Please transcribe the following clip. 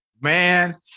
Man